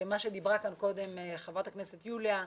מה שאמרה כאן קודם חברת הכנסת יוליה מלינובסקי,